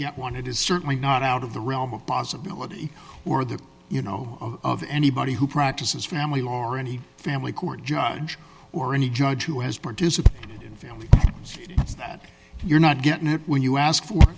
get one it is certainly not out of the realm of possibility or that you know of anybody who practices family law or any family court judge or any judge who has participated in family that you're not getting it when you ask for